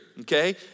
okay